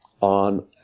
on